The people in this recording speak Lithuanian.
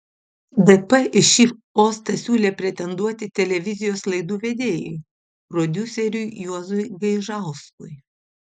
dp į šį postą siūlė pretenduoti televizijos laidų vedėjui prodiuseriui juozui gaižauskui